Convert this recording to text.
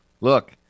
look